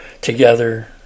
together